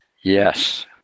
Yes